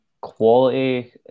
quality